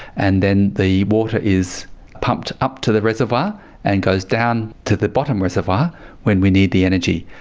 and then the water is pumped up to the reservoir and goes down to the bottom reservoir when we need the energy.